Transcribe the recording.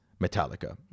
Metallica